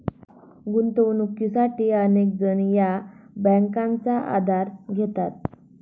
गुंतवणुकीसाठी अनेक जण या बँकांचा आधार घेतात